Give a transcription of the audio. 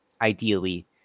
ideally